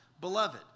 beloved